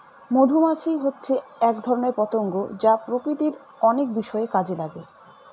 মধুমাছি হচ্ছে এক ধরনের পতঙ্গ যা প্রকৃতির অনেক বিষয়ে কাজে লাগে